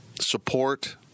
support